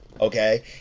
okay